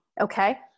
okay